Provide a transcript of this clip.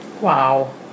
Wow